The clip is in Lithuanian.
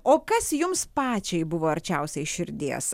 o kas jums pačiai buvo arčiausiai širdies